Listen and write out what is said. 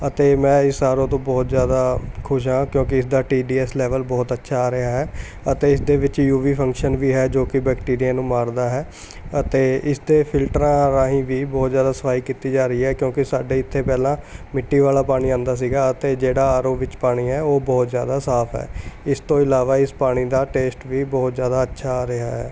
ਅਤੇ ਮੈਂ ਇਸ ਆਰ ਓ ਤੋਂ ਬਹੁਤ ਜ਼ਿਆਦਾ ਖੁਸ਼ ਹਾਂ ਕਿਉਂਕਿ ਇਸ ਦਾ ਟੀ ਡੀ ਐੱਸ ਲੈਵਲ ਬਹੁਤ ਅੱਛਾ ਆ ਰਿਹਾ ਹੈ ਅਤੇ ਇਸਦੇ ਵਿੱਚ ਯੂਵੀ ਫੰਕਸ਼ਨ ਵੀ ਹੈ ਜੋ ਕਿ ਬੈਕਟੀਰੀਏ ਨੂੰ ਮਾਰਦਾ ਹੈ ਅਤੇ ਇਸਦੇ ਫਿਲਟਰਾਂ ਰਾਹੀਂ ਵੀ ਬਹੁਤ ਜ਼ਿਆਦਾ ਸਫ਼ਾਈ ਕੀਤੀ ਜਾ ਰਹੀ ਹੈ ਕਿਉਂਕਿ ਸਾਡੇ ਇੱਥੇ ਪਹਿਲਾਂ ਮਿੱਟੀ ਵਾਲਾ ਪਾਣੀ ਆਉਂਦਾ ਸੀ ਅਤੇ ਜਿਹੜਾ ਆਰ ਓ ਵਿੱਚ ਪਾਣੀ ਹੈ ਉਹ ਬਹੁਤ ਜ਼ਿਆਦਾ ਸਾਫ਼ ਹੈ ਇਸ ਤੋਂ ਇਲਾਵਾ ਇਸ ਪਾਣੀ ਦਾ ਟੇਸਟ ਵੀ ਬਹੁਤ ਜ਼ਿਆਦਾ ਅੱਛਾ ਆ ਰਿਹਾ ਹੈ